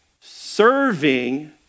serving